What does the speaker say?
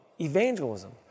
evangelism